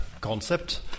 concept